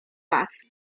was